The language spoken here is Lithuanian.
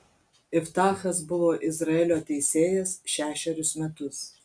iftachas buvo izraelio teisėjas šešerius metus